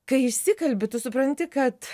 kai išsikalbi tu supranti kad